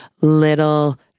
little